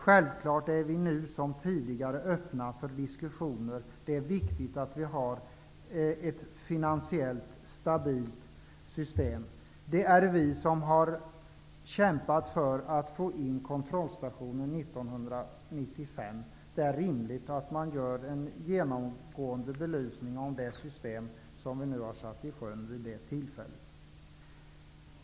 Självfallet är vi nu liksom tidigare öppna för diskussioner. Det är viktigt att vi har ett finansiellt stabilt system. Det är vi som har kämpat för att få in kontrollstationen 1995. Det är rimligt att man gör en genomgående belysning av det system som vi har satt i sjön.